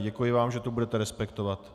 Děkuji vám, že to budete respektovat.